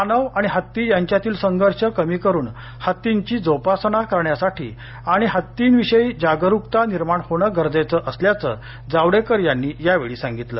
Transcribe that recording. मानव आणि हत्ती यांच्यातील संघर्ष कमी करून हत्तींची जोपासना करण्यासाठी आणि हत्तीविषयी जागरुकता निर्माण होणं गरजेचं असल्याचं जावडेकर यांनी यावेळी सांगितलं